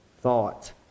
thought